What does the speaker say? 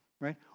right